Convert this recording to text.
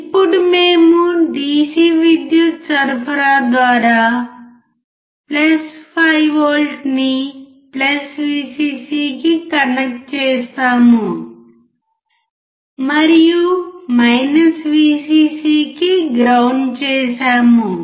ఇప్పుడు మేము DC విద్యుత్ సరఫరా ద్వారా 5V ని Vcc కి కనెక్ట్ చేసాము మరియు Vcc కి గ్రౌండ్ చేసాము